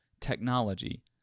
technology